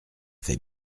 fait